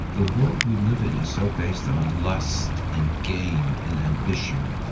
the world we live in is so based on lust and gain and ambition.